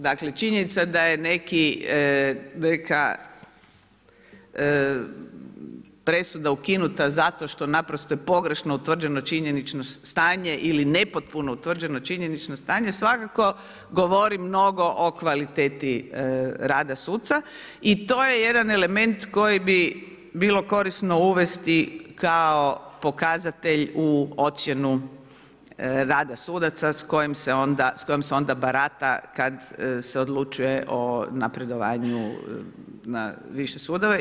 Dakle, činjenica da je neka presuda ukinuta zato što naprosto je pogrešno utvrđeno činjenično stanje ili nepotpuno utvrđeno činjenično stanje svakako govori mnogo o kvaliteti rada suca i to je jedan element koji bi bilo korisno uvesti kao pokazatelj u ocjenu rada sudaca s kojom se onda barata kad se odlučuju o napredovanju na više sudove.